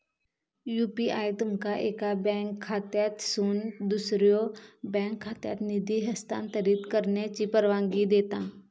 UPI तुमका एका bank खात्यातसून दुसऱ्यो बँक खात्यात निधी हस्तांतरित करण्याची परवानगी देता